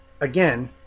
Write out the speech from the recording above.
Again